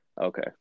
Okay